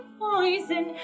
poison